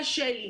קשה לי.